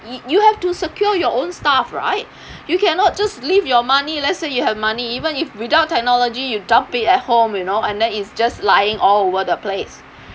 you you have to secure your own stuff right you cannot just leave your money let's say you have money even if without technology you dump it at home you know and then it's just lying all over the place